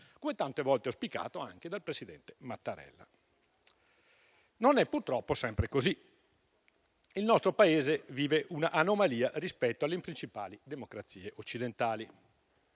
come tante volte auspicato anche dal presidente Mattarella. Non è purtroppo sempre così. Il nostro Paese vive un'anomalia rispetto alle principali democrazie occidentali.